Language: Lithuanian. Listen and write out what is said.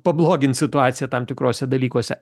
pabloginti situaciją tam tikruose dalykuose